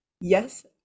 yes